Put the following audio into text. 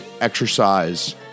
exercise